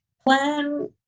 plan